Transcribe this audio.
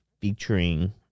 featuring